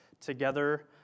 together